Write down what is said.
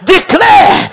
Declare